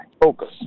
focus